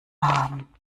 haben